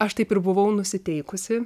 aš taip ir buvau nusiteikusi